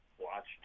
watched